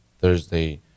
Thursday